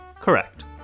Correct